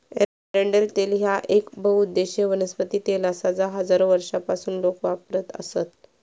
एरंडेल तेल ह्या येक बहुउद्देशीय वनस्पती तेल आसा जा हजारो वर्षांपासून लोक वापरत आसत